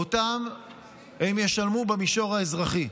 שאותם הם ישלמו גם במישור האזרחי.